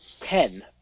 ten